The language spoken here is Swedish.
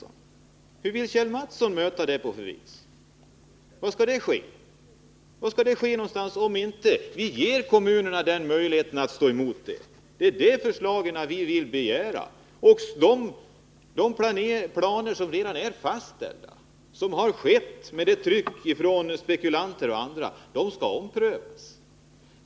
Hur vill Kjell Mattsson möta det problemet? Var skall det ske om inte vi ger kommunerna möjlighet att stå emot? Det förslag vi vill föra fram är att de planer som redan är fastställda, som kommit till stånd genom trycket från spekulanter och andra, skall omprövas.